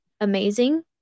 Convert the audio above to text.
amazing